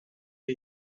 que